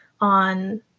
on